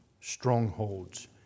strongholds